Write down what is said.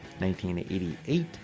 1988